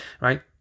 Right